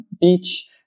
beach